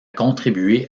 contribué